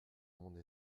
monde